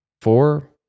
four